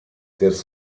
des